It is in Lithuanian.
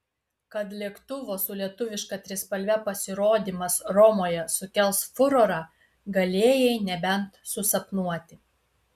kad lėktuvo su lietuviška trispalve pasirodymas romoje sukels furorą galėjai nebent susapnuoti